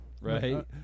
Right